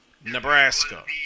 Nebraska